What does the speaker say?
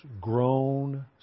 grown